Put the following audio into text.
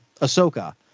Ahsoka